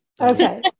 Okay